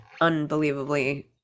unbelievably